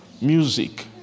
music